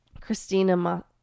Christina